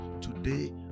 today